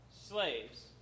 slaves